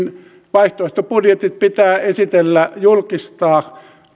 vaihtoehtobudjetit pitää esitellä julkistaa